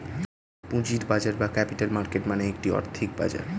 পুঁজির বাজার বা ক্যাপিটাল মার্কেট মানে একটি আর্থিক বাজার